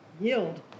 yield